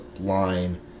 line